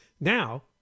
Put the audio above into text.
now